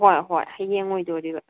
ꯍꯣꯏ ꯍꯣꯏ ꯍꯌꯦꯡ ꯑꯣꯏꯗꯣꯔꯤꯕ